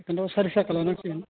खिन्थु सारि साखा लानांसिगोन